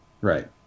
Right